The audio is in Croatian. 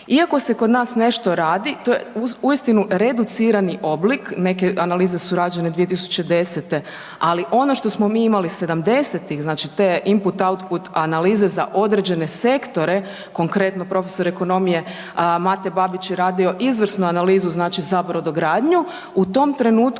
Iako se kod nas nešto radi, to je uistinu reducirani oblik. Neke analize su rađene 2010., ali ono što smo mi imali sedamdesetih te input, output analize za određene sektore, konkretno prof. ekonomije Mate Babić je radio izvrsnu analizu za brodogradnju, u tom trenutku